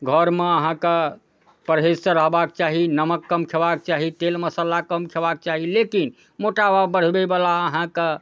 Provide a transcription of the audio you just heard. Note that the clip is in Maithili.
घरमे अहाँके परहेजसँ रहबाक चाही नमक कम खेबाक चाही तेल मसल्ला कम खेबाक चाही लेकिन मोटापा बढ़बैवला अहाँके